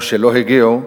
או שלא הגיעו,